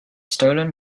stolen